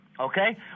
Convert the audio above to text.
Okay